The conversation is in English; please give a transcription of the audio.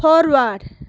forward